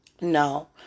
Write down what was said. No